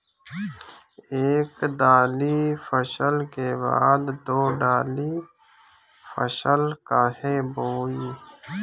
एक दाली फसल के बाद दो डाली फसल काहे बोई?